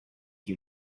you